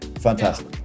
fantastic